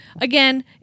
again